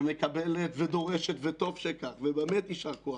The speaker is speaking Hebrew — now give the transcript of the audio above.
ומקבלת ודורשת, וטוב שכך, ובאמת יישר כוח.